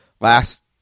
last